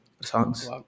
songs